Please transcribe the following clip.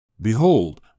Behold